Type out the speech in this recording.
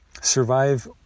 survive